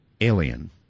alien